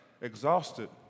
exhausted